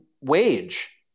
wage